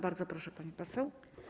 Bardzo proszę, pani poseł.